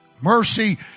mercy